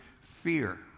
fear